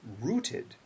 rooted